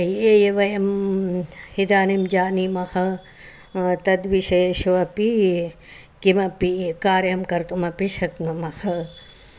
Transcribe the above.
ये वयम् इदानीं जानीमः तद्विषयेषु अपि किमपि कार्यं कर्तुमपि शक्नुमः